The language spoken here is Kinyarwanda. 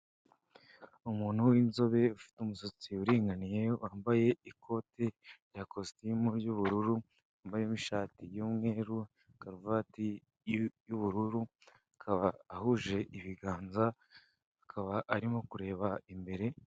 Umuntu winzobe ufite umusatsi uringaniye wambaye ikote rya kositimu yubururu yambaye n'ishati yumweru ,karuvati y'ubururu akaba ahuje ibiganza akaba arimo kureba imbere .